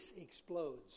explodes